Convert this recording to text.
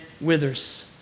withers